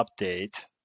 update